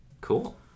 Cool